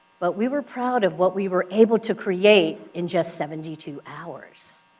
but we were proud of what we were able to create in just seventy two hours.